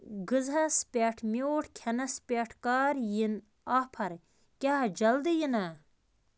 غذہَس پٮ۪ٹھ میوٗٹھ کھٮ۪نَس پٮ۪ٹھ کَر یِن آفر کیٛاہ جلدی یِنا